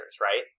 right